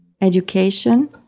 education